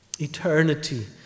Eternity